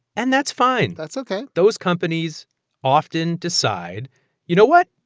and that's fine that's ok those companies often decide you know what?